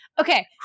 Okay